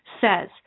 says